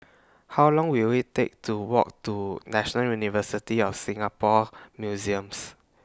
How Long Will IT Take to Walk to National University of Singapore Museums